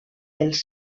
els